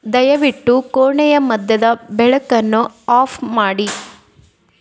ದಯವಿಟ್ಟು ಕೋಣೆಯ ಮಧ್ಯದ ಬೆಳಕನ್ನು ಆಫ್ ಮಾಡಿ